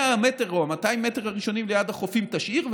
הוא אמר: את ה-100 מטר או ה-200 מטר הראשונים ליד החופים תשאיר,